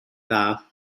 dda